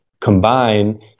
combine